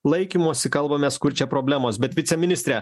laikymusi kalbamės kur čia problemos bet viceministre